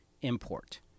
import